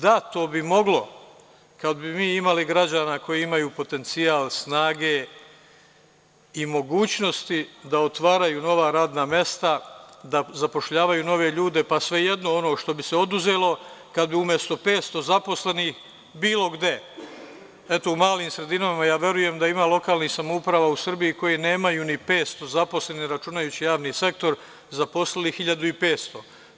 Da, to bi moglo, kad bi mi imali građana koji imaju potencijal, snage i mogućnosti da otvaraju nova radna mesta, da zapošljavaju nove ljude, pa svejedno ono što bi se oduzelo, kad bi umesto 500 zaposlenih bilo gde, eto u malim sredinama ja verujem da ima lokalnih samouprava u Srbiji koje nemaju ni 500 zaposlenih, računajući javni sektor, zaposlili 1.500.